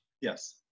Yes